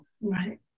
right